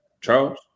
Charles